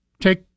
take